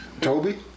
Toby